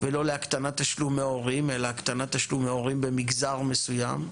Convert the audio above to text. ולא להקטנת תשלום מההורים אלא הקטנת תשלום להורים במגזר מסוים.